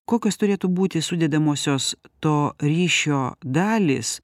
kokios turėtų būti sudedamosios to ryšio dalys